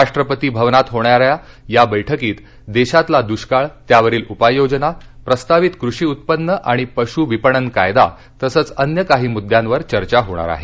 राष्ट्रपती भवनात होणा या या बैठकीत देशातला दुष्काळ त्यावरील उपाय योजना प्रस्तावित कृषी उत्पन्न आणि पशु विपणन कायदा तसच अन्य काही मुद्द्यांवर चर्चा होणार आहे